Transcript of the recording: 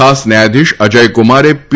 ખાસ ન્યાયાધીશ અજય કુમારે પી